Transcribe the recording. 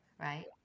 right